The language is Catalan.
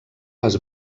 les